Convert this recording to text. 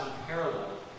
unparalleled